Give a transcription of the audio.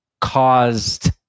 caused